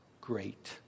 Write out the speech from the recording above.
great